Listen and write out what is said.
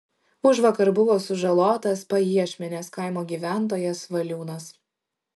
užvakar buvo sužalotas pajiešmenės kaimo gyventojas valiūnas